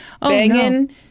banging